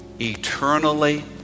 eternally